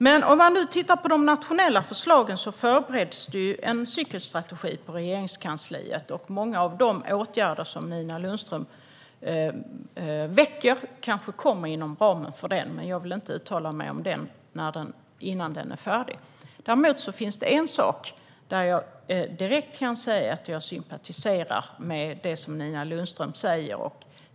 När det gäller de nationella förslagen förbereds det en cykelstrategi på Regeringskansliet, och många av de åtgärder som Nina Lundström tar upp kanske föreslås inom ramen för denna. Men jag vill inte uttala mig om den innan den är färdig. Däremot finns det en sak som Nina Lundström sa som jag direkt kan säga att jag sympatiserar med.